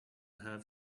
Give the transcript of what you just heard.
have